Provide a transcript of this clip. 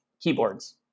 keyboards